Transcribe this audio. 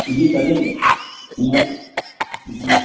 جی کر لیں گے